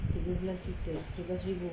tiga belas juta tiga belas ribu